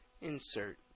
Insert